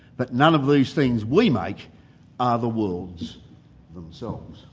but none of these things we make are the worlds themselves.